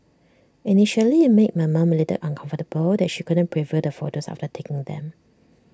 initially IT made my mom A little uncomfortable that she couldn't preview the photos after taking them